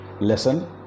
lesson